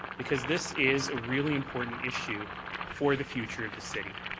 because this is a really important issue for the future of the city.